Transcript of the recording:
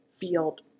field